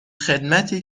خدمتی